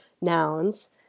nouns